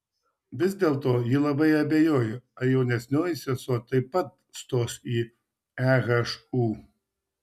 vis dėlto ji labai abejojo ar jaunesnioji sesuo taip pat stos į ehu